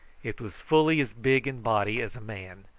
it was fully as big in body as a man,